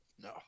No